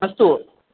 अस्तु